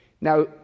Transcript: Now